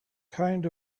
kind